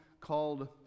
called